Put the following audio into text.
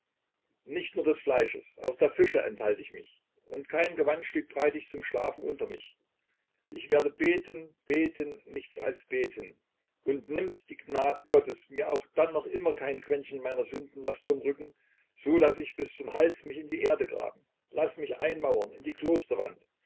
nicht nur des fleisches auch der fische enthalt ich mich und kein gewandstück breit ich zum schlafen unter mich ich werde beten beten nichts als beten und nimmt die gnade gottes mir auch dann noch immer kein quäntchen meiner sündenlast vom rücken so lass ich bis zum hals mich in die erde graben lass mich einmauern in die